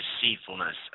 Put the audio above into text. deceitfulness